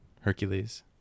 Hercules